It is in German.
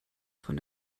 von